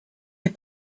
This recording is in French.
est